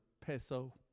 peso